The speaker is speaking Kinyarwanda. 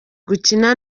gukina